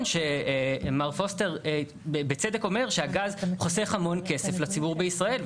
שמר פוסטר בצדק אומר שהגז חוסך המון כסף לציבור בישראל,